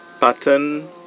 pattern